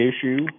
issue